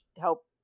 help